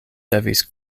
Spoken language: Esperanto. devis